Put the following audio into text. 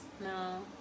No